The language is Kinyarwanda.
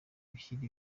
bashyira